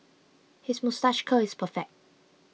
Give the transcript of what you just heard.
his moustache curl is perfect